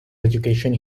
education